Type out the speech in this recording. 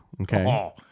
Okay